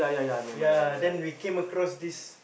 ya then we came across this